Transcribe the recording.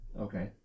Okay